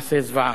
מעשה זוועה,